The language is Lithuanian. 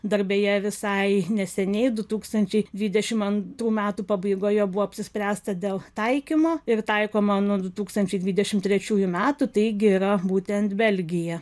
dar beje visai neseniai du tūkstančiai dvidešim antrų metų pabaigoje buvo apsispręsta dėl taikymo ir taikomą nuo du tūkstančiai dvidešim trečiųju metų taigi yra būtent belgija